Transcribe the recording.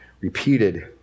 repeated